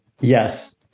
Yes